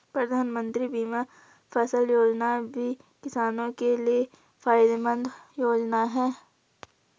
प्रधानमंत्री बीमा फसल योजना भी किसानो के लिये फायदेमंद योजना है